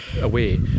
away